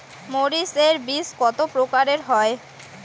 মরিচ এর বীজ কতো প্রকারের হয়?